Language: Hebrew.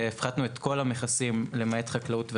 הפחתנו את כל המכסים, למעט חקלאות ורכב.